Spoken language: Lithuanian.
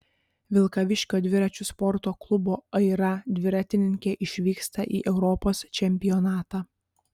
vilkaviškio dviračių sporto klubo aira dviratininkė išvyksta į europos čempionatą